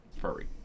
furry